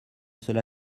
cela